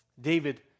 David